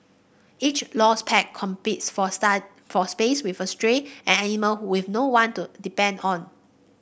each lost pet competes for start for space with a stray an animal with no one to depend on